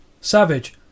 Savage